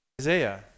Isaiah